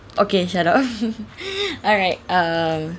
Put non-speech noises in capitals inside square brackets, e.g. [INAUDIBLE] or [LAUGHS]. okay shut up [LAUGHS] alright err